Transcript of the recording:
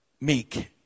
meek